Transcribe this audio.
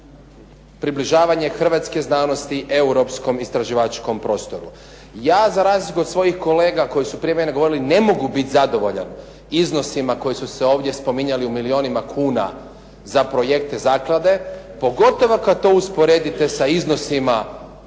približavanje hrvatske znanosti europskom istraživačkom prostoru. Ja za razliku od svojih kolega koji su prije mene govorili ne mogu biti zadovoljan iznosima koji su se ovdje spominjali u milijunima kuna za projekte zaklade, pogotovo kad to usporedite sa iznosima